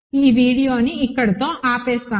ఈ వీడియోని ఇక్కడితో ఆపేస్తాను